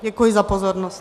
Děkuji za pozornost.